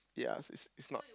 ya it's it's not